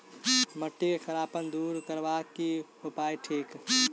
माटि केँ खड़ापन दूर करबाक की उपाय थिक?